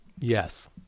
Yes